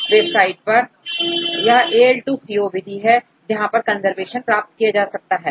तो यह वेबसाइट है यह AL2CO विधि हैजहां पर कंजर्वेशन प्राप्त किया जा सकता है